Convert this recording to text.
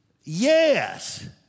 Yes